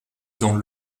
dans